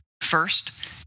First